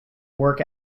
work